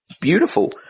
beautiful